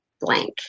blank